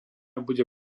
bude